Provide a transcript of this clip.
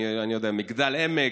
מגדל העמק,